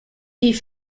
die